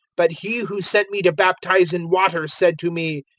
but he who sent me to baptize in water said to me,